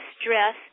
Stress